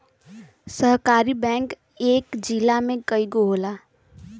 सहकारी बैंक इक जिला में कई गो होला